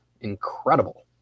incredible